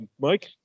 Mike